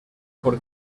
por